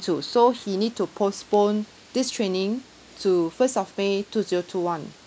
to so he need to postpone this training to first of may two zero two one